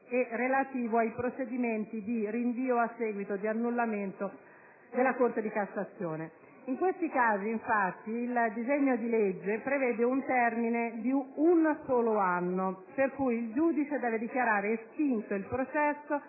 relativo ai procedimenti di rinvio a seguito di annullamento della Corte di cassazione. In questi casi, infatti, il disegno di legge prevede il termine di un solo anno, per cui il giudice deve dichiarare estinto il processo